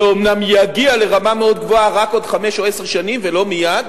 זה אומנם יגיע לרמה מאוד גבוהה רק בעוד חמש שנים או עשר ולא מייד,